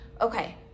Okay